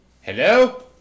hello